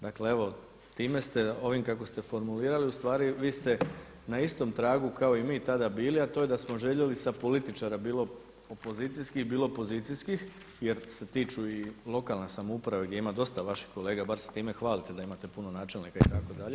Dakle, evo, time ste ovim kako ste formulirali ustvari vi ste na istom tragu kao i mi tada bili, a to je da smo željeli sa političara bilo opozicijskih, bilo pozicijskih jer se tiču i lokalne samouprave gdje ima dosta vaših kolega bar se time hvalite da imate puno načelnika itd.